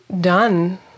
done